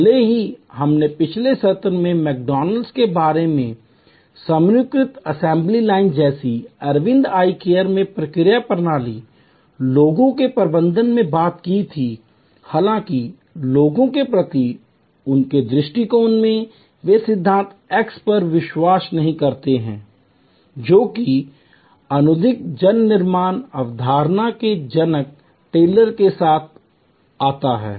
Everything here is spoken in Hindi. भले ही हमने पिछले सत्र में मैकडॉनल्ड्स के बारे में समनुक्रम जैसे अरविंद आई केयर में प्रक्रिया प्रणाली लोगों के प्रबंधन में बात की थी हालाँकि लोगों के प्रति उनके दृष्टिकोण में वे सिद्धांत X पर विश्वास नहीं करते हैं जो कि आधुनिक जन निर्माण अवधारणाओं के जनक टेलर के साथ जाता है